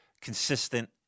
consistent